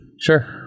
Sure